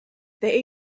they